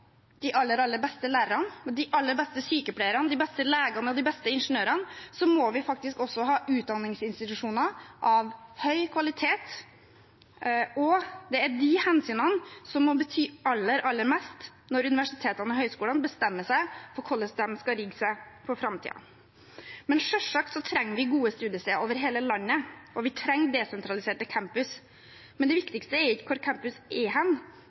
de aller, aller beste lærerne, de aller beste sykepleierne, de beste legene og de beste ingeniørene, må vi faktisk også ha utdanningsinstitusjoner av høy kvalitet, og det er de hensynene som må bety aller, aller mest når universitetene og høyskolene bestemmer seg for hvordan de skal rigge seg for framtiden. Selvsagt trenger vi gode studiesteder over hele landet, og vi trenger desentraliserte campuser. Men det viktigste er ikke hvor hen campusene er,